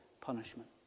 punishment